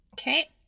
Okay